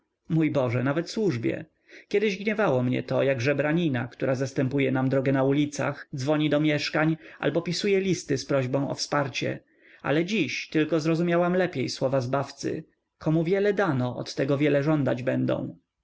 mój boże nawet służbie kiedyś gniewało mnie to jak żebranina która zastępuje nam drogę na ulicach dzwoni do mieszkań albo pisuje listy z prośbą o wsparcie ale dziś tylko zrozumiałam lepiej słowa zbawcy komu wiele dano od tego wiele żądać będą